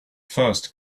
first